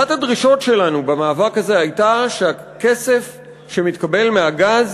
אחת הדרישות שלנו במאבק הזה הייתה שהכסף שמתקבל מהגז